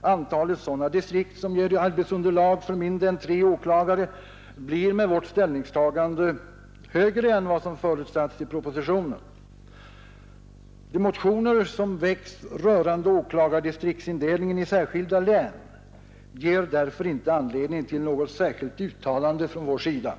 Antalet sådana distrikt som ger arbetsunderlag för mindre än tre åklagare blir med vårt ställningstagande högre än vad som förutsatts i propositionen. De motioner som väckts rörande åklagardistriktsindelningen i särskilda län ger därför inte anledning till något särskilt uttalande från vår sida.